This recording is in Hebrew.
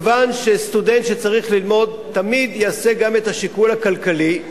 כי סטודנט שצריך ללמוד תמיד יעשה גם את השיקול הכלכלי,